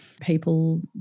People